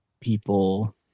people